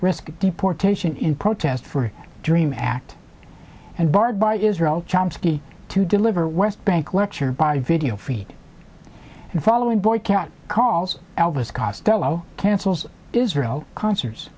risked deportation in protest for dream act and barred by israel chomsky to deliver west bank lecture by video feed and following boy cat calls elvis costello cancels israel concerts